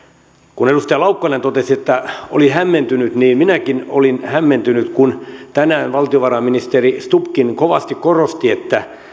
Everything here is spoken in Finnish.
kun edustaja laukkanen totesi että oli hämmentynyt niin minäkin olin hämmentynyt kun tänään valtiovarainministeri stubbkin kovasti korosti että